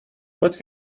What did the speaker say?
what